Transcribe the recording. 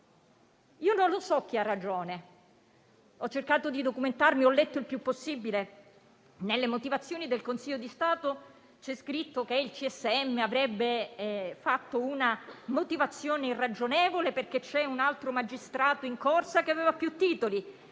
Io non lo so chi ha ragione. Ho cercato di documentarmi e ho letto il più possibile: nelle motivazioni del Consiglio di Stato c'è scritto che il CSM avrebbe fatto una motivazione irragionevole, perché c'è un altro magistrato in corsa che aveva più titoli,